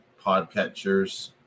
podcatchers